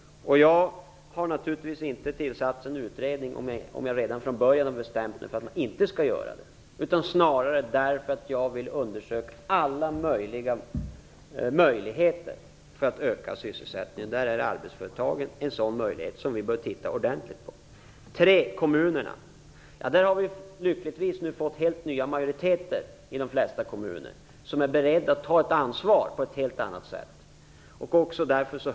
Jag hade naturligtvis inte tillsatt en utredning om jag redan från början hade bestämt mig för att inte göra det. Detta gjorde jag för att jag ville undersöka alla möjligheter när det gäller att öka sysselsättningen. Arbetsföretagen är en möjlighet som vi bör titta ordentligt på. I de flesta kommuner har vi lyckligtvis fått helt nya majoriteter. De är beredda att ta ett ansvar på ett helt annat sätt än man gjorde tidigare.